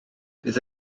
bydd